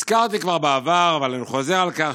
הזכרתי כבר בעבר אבל אני חוזר על כך,